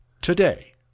Today